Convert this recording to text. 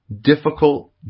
difficult